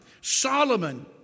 Solomon